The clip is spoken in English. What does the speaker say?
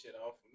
off